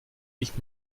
ich